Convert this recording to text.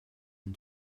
and